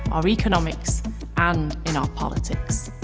our economics and in our politics.